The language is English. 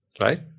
right